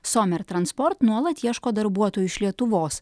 somer transport nuolat ieško darbuotojų iš lietuvos